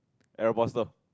air buster